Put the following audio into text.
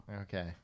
Okay